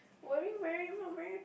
worry wearing wear wear